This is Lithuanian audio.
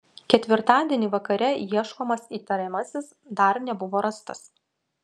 ketvirtadienį vakare ieškomas įtariamasis dar nebuvo rastas